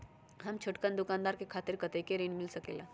हम छोटकन दुकानदार के खातीर कतेक ऋण मिल सकेला?